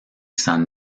san